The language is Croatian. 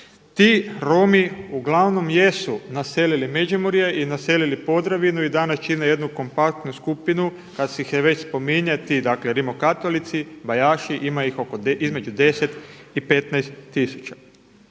Ti Romi uglavnom jesu naselili Međimurje, naselili Podravinu i danas čine jednu kompaktnu skupinu kada se već spominje ti rimokatolici, Bajaši ima ih između 10 i 15